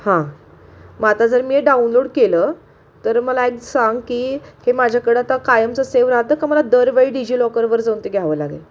हां मग आता जर मी हे डाउनलोड केलं तर मला एक सांग की हे माझ्याकडं आता कायमचं सेव राहतं का मला दरवेळी डिजिलॉकरवर जाऊन ते घ्यावं लागेल